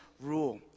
rule